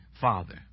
Father